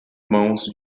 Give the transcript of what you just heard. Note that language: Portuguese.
mãos